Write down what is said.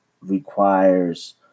Requires